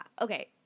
Okay